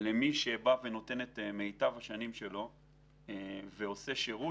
למי שבא ונותן את מיטב שנותיו ועושה שירות